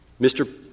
Mr